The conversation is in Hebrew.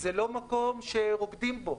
זה לא מקום שרוקדים בו,